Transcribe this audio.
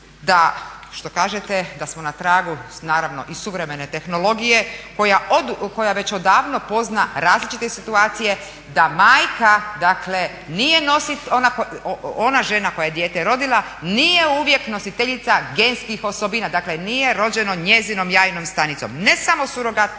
da što kažete da smo na tragu naravno i suvremene tehnologije koja već odavno pozna različite situacije da majka, dakle nije ona žena koja je dijete rodila nije uvijek nositeljica genskih osobina. Dakle, nije rođeno njezinom jajnom stanicom. Ne samo surogat